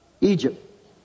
Egypt